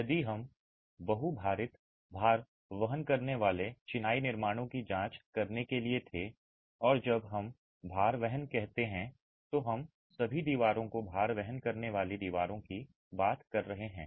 यदि हम बहु भारित भार वहन करने वाले चिनाई निर्माणों की जांच करने के लिए थे और जब हम भार वहन कहते हैं तो हम सभी दीवारों को भार वहन करने वाली दीवारों की बात कर रहे हैं